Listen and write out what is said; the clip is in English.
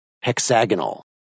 hexagonal